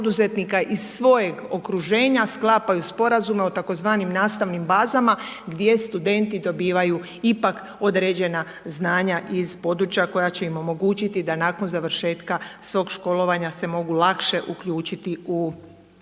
iz svojeg okruženja sklapaju sporazume o tzv. nastavnim bazama gdje studenti dobivaju ipak određena znanja iz područja koja će im omogućiti da nakon završetka svog školovanja se mogu lakše uključiti na